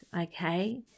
Okay